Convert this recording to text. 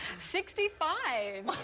sixty five!